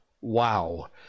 wow